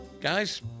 Guys